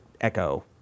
echo